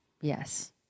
Yes